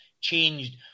changed